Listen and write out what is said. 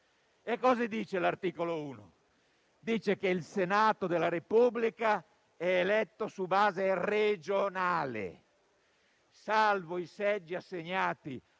richiamata. L'articolo 1 stabilisce che il Senato della Repubblica è eletto su base regionale. Salvo i seggi assegnati